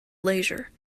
leisure